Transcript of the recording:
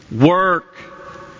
work